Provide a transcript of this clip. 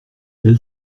elle